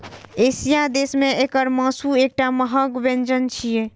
एशियाई देश मे एकर मासु एकटा महग व्यंजन छियै